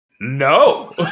No